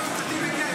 שר המשפטים הגיע.